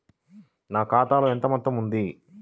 నా ఖాతాలో ఎంత మొత్తం ఉంది?